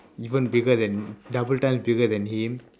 even bigger than double time bigger than him